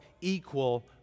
equal